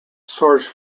source